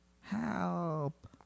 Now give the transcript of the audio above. Help